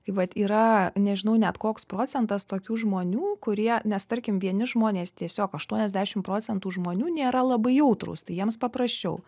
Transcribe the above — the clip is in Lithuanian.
kaip vat yra nežinau net koks procentas tokių žmonių kurie nes tarkim vieni žmonės tiesiog aštuoniasdešimt procentų žmonių nėra labai jautrūs tai jiems paprasčiau